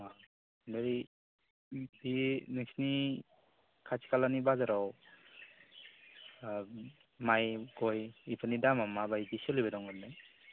अ बै बे नोंसिनि खाथि खालानि बाजाराव ओ माइ गय बिफोरनि दामा मा बायदि सोलिबाय दंमोनलै